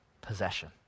possession